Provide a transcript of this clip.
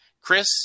Chris